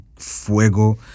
fuego